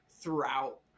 Throughout